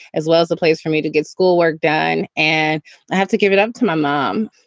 as well as a place for me to get schoolwork done. and i have to give it up to my mom,